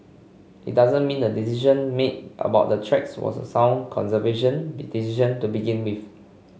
it doesn't mean the decision made about the tracks was a sound conservation decision to begin with